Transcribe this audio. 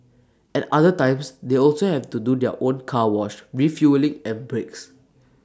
at other times they also have to do their own car wash refuelling and breaks